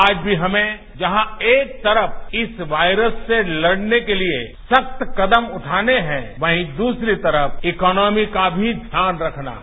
आज भी हमें जहां एक तरफ इस वायरस से लड़ने के लिए सख्त कदम उठाने हैं वहीं द्रसरी तरफ इकॉनोमी का भी ध्यान रखना है